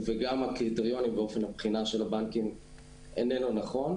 וגם הקריטריונים באופן בחינת הבנקים אינו נכון,